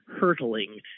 hurtling